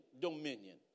dominion